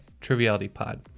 TrivialityPod